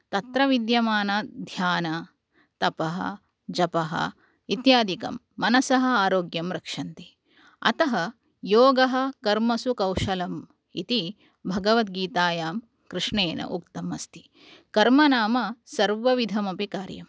तत्र विद्यमान ध्यान तपः जपः इत्यादिकं मनसः आरोग्यं रक्षन्ति अतः योगः कर्मसु कौशलम् इति भगवद्गीतायां कृष्णेन उक्तम् अस्ति कर्म नाम सर्वविधमपि कार्यम्